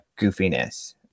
goofiness